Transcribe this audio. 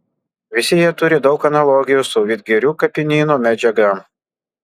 visi jie turi daug analogijų su vidgirių kapinyno medžiaga